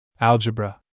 Algebra